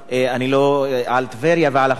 על טבריה ועל החופים,